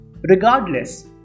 Regardless